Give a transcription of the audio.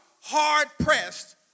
hard-pressed